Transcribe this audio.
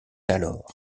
alors